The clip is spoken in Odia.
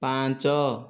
ପାଞ୍ଚ